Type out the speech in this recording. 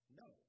no